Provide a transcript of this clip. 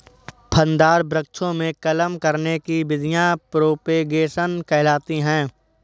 फलदार वृक्षों में कलम करने की विधियां प्रोपेगेशन कहलाती हैं